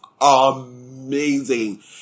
amazing